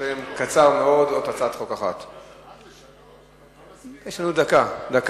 תאורה חסכונית במבני ציבור), התשס"ט 2009, לדיון